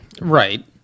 Right